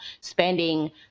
spending